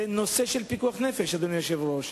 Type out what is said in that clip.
זה נושא של פיקוח נפש, אדוני היושב-ראש.